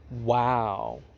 Wow